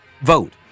vote